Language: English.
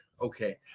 Okay